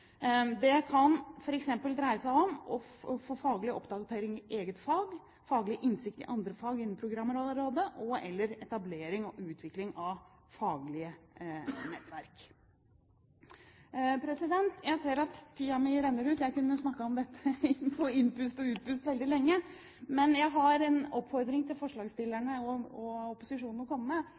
kan f.eks. dreie seg om å få faglig oppdatering i eget fag, faglig innsikt i andre fag innen programområdet og/eller etablering og utvikling av faglige nettverk. Jeg ser at tiden min renner ut – jeg kunne ha snakket om dette på innpust og utpust veldig lenge. Men jeg har en oppfordring å komme med til forslagsstillerne, opposisjonen: Hvis opposisjonen ønsker å oversende dette forslaget, ønsker jeg å arbeide videre med